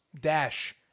dash